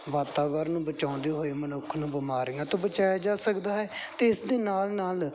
ਵਾਤਾਵਰਨ ਬਚਾਉਂਦੇ ਹੋਏ ਮਨੁੱਖ ਨੂੰ ਬਿਮਾਰੀਆਂ ਤੋਂ ਬਚਾਇਆ ਜਾ ਸਕਦਾ ਹੈ ਅਤੇ ਇਸ ਦੇ ਨਾਲ ਨਾਲ